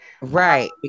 right